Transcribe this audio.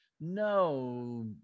No